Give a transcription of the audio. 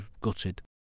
gutted